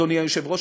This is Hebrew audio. אדוני היושב-ראש,